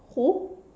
who